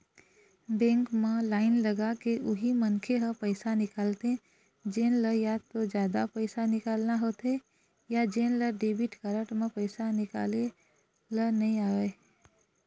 bank म line लगाके उही मनखे ह पइसा निकालथे जेन ल या तो जादा पइसा निकालना होथे या जेन ल डेबिट कारड म पइसा निकाले ल नइ आवय